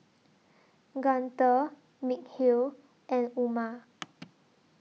Guntur Mikhail and Umar